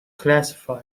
classify